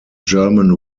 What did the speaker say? german